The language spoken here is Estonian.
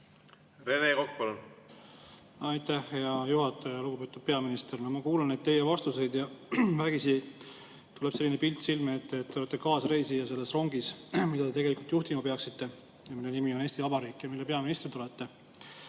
Rene Kokk, palun! Aitäh, hea juhataja! Lugupeetud peaminister! Ma kuulan teie vastuseid ja vägisi tuleb silme ette selline pilt, et te olete kaasreisija selles rongis, mida te tegelikult juhtima peaksite, mille nimi on Eesti Vabariik ja mille peaminister te olete.